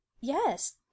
yes